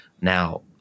Now